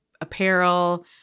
apparel